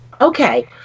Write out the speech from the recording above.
Okay